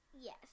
Yes